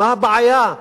מה הבעיה?